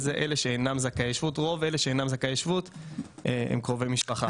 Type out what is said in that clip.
רוב אלה שאינם זכאי שבות הם קרובי משפחה.